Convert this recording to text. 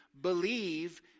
Believe